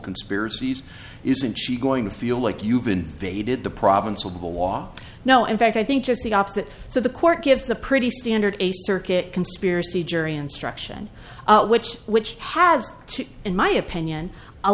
conspiracies isn't she going to feel like you've invaded the problems with the law no in fact i think just the opposite so the court gives a pretty standard a circuit conspiracy jury instruction which which has to in my opinion a